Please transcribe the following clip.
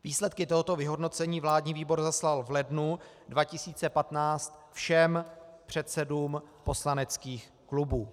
Výsledky tohoto vyhodnocení vládní výbor zaslal v lednu 2015 všem předsedům poslaneckých klubů.